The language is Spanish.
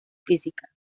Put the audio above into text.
física